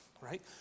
right